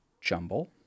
jumble